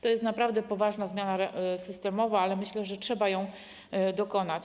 To jest naprawdę poważna zmiana systemowa, ale myślę, że trzeba jej dokonać.